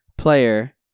Player